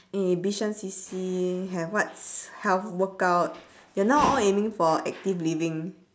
eh bishan C_C have what health workout they are now all aiming for active living